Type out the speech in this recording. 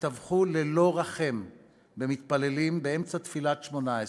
וטבחו ללא רחם במתפללים באמצע תפילת שמונה-עשרה,